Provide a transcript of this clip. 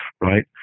right